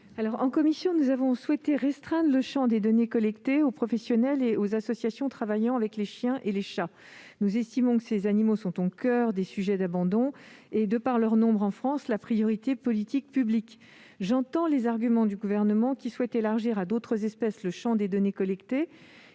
En commission, nous avons souhaité restreindre le champ des données collectées aux professionnels et associations travaillant avec les chiens et chats. Nous estimons que ces animaux sont au coeur des sujets d'abandon et, de par leur nombre en France, la priorité des politiques publiques. J'entends les arguments du Gouvernement, qui souhaite élargir à d'autres espèces le champ des données collectées,